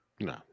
No